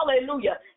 hallelujah